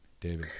David